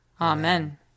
Amen